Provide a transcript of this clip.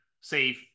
save